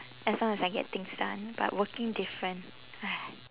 as long as I get things done but working different !hais!